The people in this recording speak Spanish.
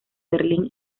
berlin